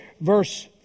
verse